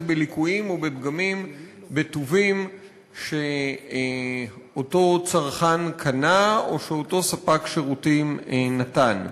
בליקויים ובפגמים בטובין שאותו צרכן קנה או שאותו ספק שירותים נתן.